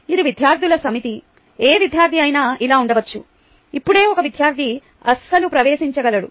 ఇది విద్యార్థుల సమితి ఏ విద్యార్థి అయినా ఇలా ఉండవచ్చు అప్పుడే ఒక విద్యార్థి అస్సలు ప్రవేశించగలడు